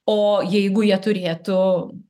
o jeigu jie turėtų